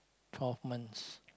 twelve months